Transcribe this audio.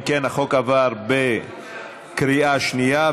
אם כן, החוק עבר בקריאה שנייה.